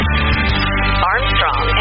Armstrong